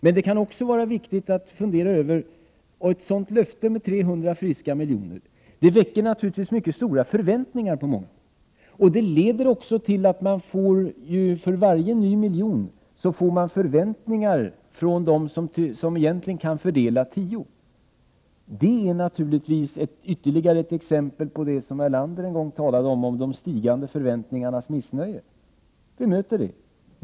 Ett sådant löfte om 300 friska miljoner väcker naturligtvis mycket stora förväntningar, och det leder också till att man för varje ny miljon får förväntningar som egentligen motsvarar 10 milj.kr. Detta är naturligtvis ett ytterligare exempel på de stigande förväntningarnas missnöje som Tage Erlander en gång talade om. Det missnöjet möter vi.